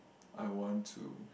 I want to